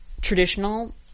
traditional